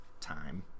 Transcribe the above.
time